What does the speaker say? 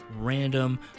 random